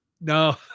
No